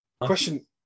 Question